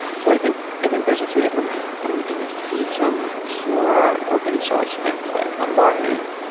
so i think i think there's a few different reasons, and we do see some pure open source things like ambari.